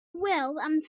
well